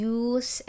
use